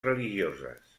religioses